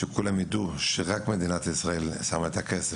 אז שכולם ידעו שרק מדינת ישראל שמה את הכסף,